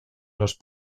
los